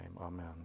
Amen